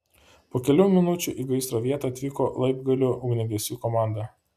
po kelių minučių į gaisro vietą atvyko laibgalių ugniagesių komanda